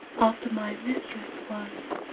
after my mistress was